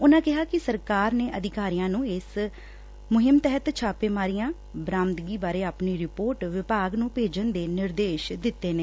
ਉਨਾਂ ਕਿਹਾ ਕਿ ਸਰਕਾਰ ਨੇ ਅਧਿਕਾਰੀਆਂ ਨੰ ਇਸ ਮੁਹਿੰਮ ਤਹਿਤ ਛਾਪੇਮਾਰੀ ਬਰਾਮਦਗੀਆਂ ਬਾਰੇ ਆਪਣੇ ਰਿਪੋਰਟ ਵਿਭਾਗ ਨੂੰ ਭੇਜਣ ਦੇ ਨਿਰਦੇਸ਼ ਦਿੱਡੇ ਨੇ